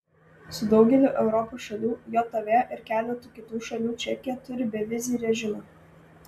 su daugeliu europos šalių jav ir keletu kitų šalių čekija turi bevizį režimą